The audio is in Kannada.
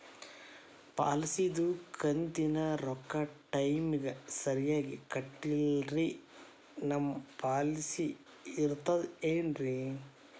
ಪಾಲಿಸಿದು ಕಂತಿನ ರೊಕ್ಕ ಟೈಮಿಗ್ ಸರಿಗೆ ಕಟ್ಟಿಲ್ರಿ ನಮ್ ಪಾಲಿಸಿ ಇರ್ತದ ಏನ್ರಿ?